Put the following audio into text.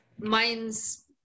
mine's